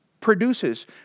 produces